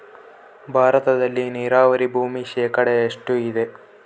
ಭಾರತದಲ್ಲಿ ನೇರಾವರಿ ಭೂಮಿ ಶೇಕಡ ಎಷ್ಟು ಇದೆ?